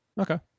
Okay